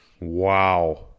Wow